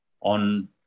on